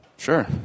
Sure